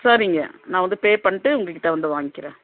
சரிங்க நான் வந்து பே பண்ணிட்டு உங்ககிட்ட வந்து வாங்கிறேன்